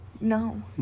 No